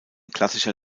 klassischer